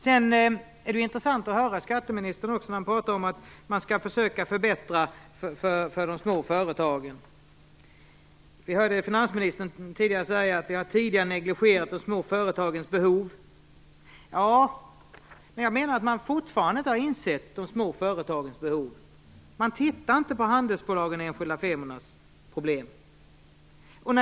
Det är intressant att höra skatteministern säga att man skall förbättra för de små företagen. Finansministern sade att man tidigare har negligerat de små företagens behov. Men jag anser att man fortfarande inte har insett de små företagens behov. Man ser inte till handelsbolagens och de enskilda firmornas problem.